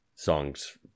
songs